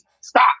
stop